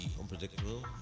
unpredictable